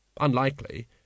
Unlikely